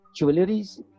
jewelries